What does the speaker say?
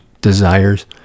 desires